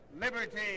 liberty